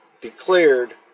declared